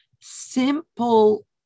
simple